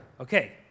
Okay